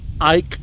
Ike